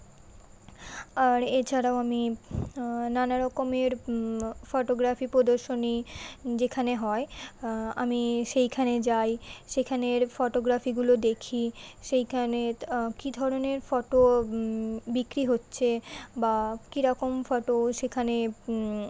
আর এছাড়াও আমি নানা রকমের ফটোগ্রাফি প্রদর্শনী যেখানে হয় আমি সেইখানে যাই সেখানের ফটোগ্রাফিগুলো দেখি সেইখানেত কী ধরনের ফটো বিক্রি হচ্ছে বা কী রকম ফটো সেখানে